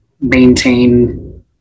maintain